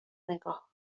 نگاه